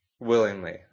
willingly